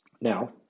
Now